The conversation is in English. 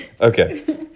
okay